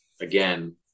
again